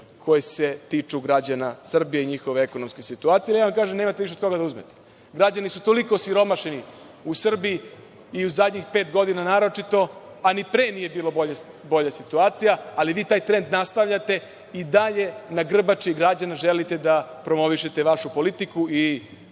koje se tiču građana Srbije i njihove ekonomske situacije. Kažem vam nemate više od koga da uzmete. Građani su toliko siromašni u Srbiji, i u zadnjih pet godina naročito, a ni pre nije bila bolja situacija, ali vi taj trend nastavljate i dalje na grbači građana želite da promovišete vašu politiku i